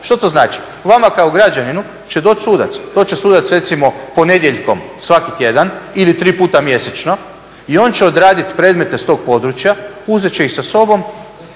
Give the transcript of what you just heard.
Što to znači? Vama kao građaninu će doći sudac. Doći će sudac, recimo, ponedjeljkom svaki tjedan ili tri puta mjesečno i on će odraditi predmete s tog područja, uzet će ih sa sobom,